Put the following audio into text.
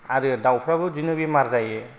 आरो दाउफ्राबो बिदिनो बेमार जायो